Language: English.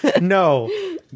No